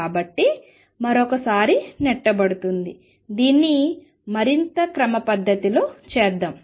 కాబట్టి మరొకసారి నెట్టబడుతుంది దీన్ని మరింత క్రమపద్ధతిలో చేద్దాం